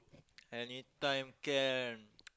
anytime can